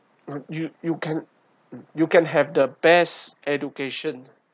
mm you you can you can have the best education